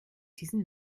diesen